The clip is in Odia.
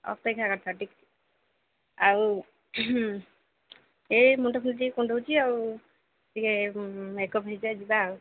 ଅପେକ୍ଷା କରିଥାଅ ଟିକେ ଆଉ ଏଇ ମୁଣ୍ଡଫୁଣ୍ଡ କୁଣ୍ଡଉଛି ଆଉ ଟିକେ ମେକଅପ୍ ହେଇଯାଏ ଯିବା ଆଉ